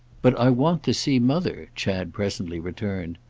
but i want to see mother, chad presently returned.